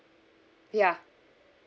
ya